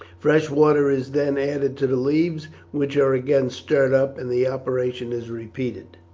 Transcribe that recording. fresh water is then added to the leaves, which are again stirred up and the operation is repeated.